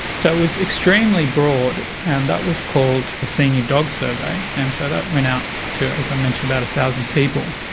so it was extremely broad and that was called a senior dog survey, and so that went out to, as i mentioned about one thousand people,